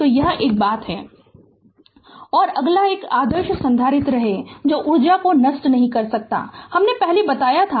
तो यह एक बात है और अगला एक आदर्श संधारित्र है जो ऊर्जा को नष्ट नहीं कर सकता है हमने पहले बताया था